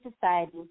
society